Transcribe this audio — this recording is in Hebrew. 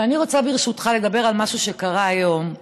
אבל אני רוצה, ברשותך, לדבר על משהו שקרה היום,